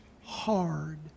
hard